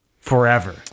forever